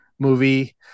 Movie